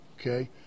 Okay